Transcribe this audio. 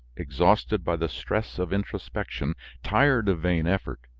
exhausted by the stress of introspection, tired of vain effort,